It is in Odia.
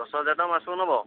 ଦଶ ହଜାର ଟଙ୍କା ମାସକୁ ନେବ